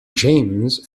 james